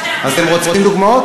אתם רוצים דוגמאות?